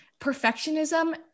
perfectionism